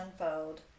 unfold